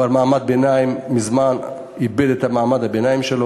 מעמד הביניים מזמן איבד את מעמד הביניים שלו,